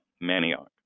manioc